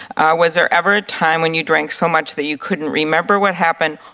ah was there ever a time when you drank so much that you couldn't remember what happened,